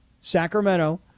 Sacramento